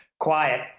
quiet